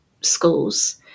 schools